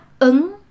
ứng